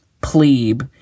plebe